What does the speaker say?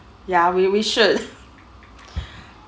ya we we should